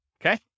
okay